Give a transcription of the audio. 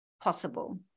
possible